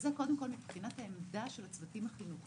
זאת קודם כל העמדה של הצוותים החינוכיים.